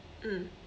mm